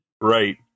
Right